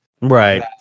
right